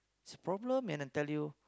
it's problem man I tell you